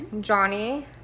Johnny